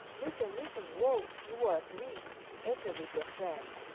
listen, listen, wolf, you are to eat enter with your friend.